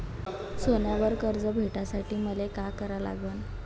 सोन्यावर कर्ज भेटासाठी मले का करा लागन?